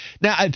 now